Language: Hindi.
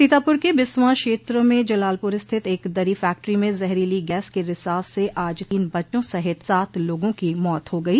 सीतापुर के बिसवां क्षेत्र में जलालपुर स्थित एक दरी फैक्ट्री में जहरीलो गैस के रिसाव से आज तीन बच्चों सहित सात लोगों की मौत हो गयी